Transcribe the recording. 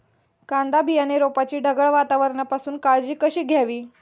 कांदा बियाणे रोपाची ढगाळ वातावरणापासून काळजी कशी घ्यावी?